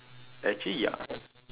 actually ya